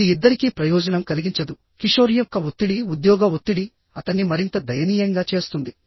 ఇది ఇద్దరికీ ప్రయోజనం కలిగించదు కిషోర్ యొక్క ఒత్తిడి ఉద్యోగ ఒత్తిడి అతన్ని మరింత దయనీయంగా చేస్తుంది